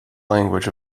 language